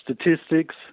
statistics